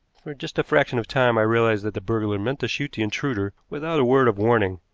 for just a fraction of time i realized that the burglar meant to shoot the intruder without a word of warning,